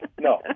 No